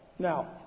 Now